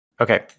Okay